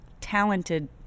talented